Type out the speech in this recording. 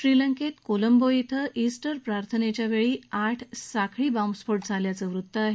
श्रीलंकेत कोलंबो क्रि ईस्टर प्रार्थनेच्यावेळी आठ साखळी बाँबस्फोट झाल्याचं वृत्त आहे